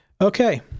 Okay